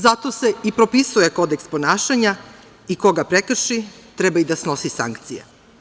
Zato se i propisuje Kodeks ponašanja i ko ga prekrši treba i da snosi sankcije.